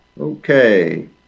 Okay